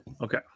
Okay